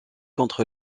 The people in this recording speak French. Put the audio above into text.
contre